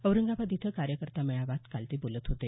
औरंगाबाद इथं कार्यकर्ता मेळाव्यात काल ते बोलत होते